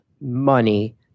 money